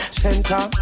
center